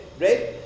right